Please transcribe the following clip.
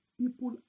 People